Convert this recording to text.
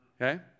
Okay